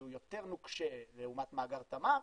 שהוא יותר נוקשה לעומת מאגר תמר,